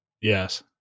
Yes